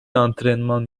antrenman